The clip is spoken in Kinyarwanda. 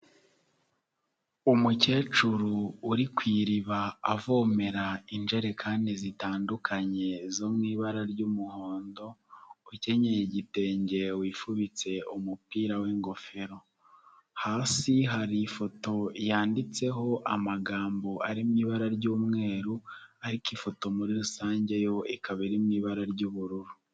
Umukecuru uri ku iriba avomera injerekani zitandukanye zo mu ibara ry'umuhondo ukenyeye igitenge wifubitse umupira w'ingofero hasi hari ifoto yanditseho amagambo ari mu ibara ry'umweru ariko ifoto muri rusange yo ikaba iri mu ibara ry'ubururu.